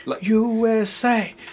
USA